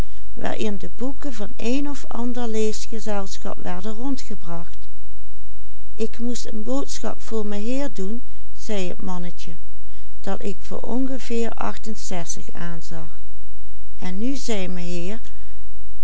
ik moest een boodschap voor meheer doen zei het mannetje dat ik voor ongeveer achtenzestig aanzag en nu zei meheer